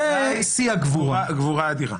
זו ודאי גבורה אדירה.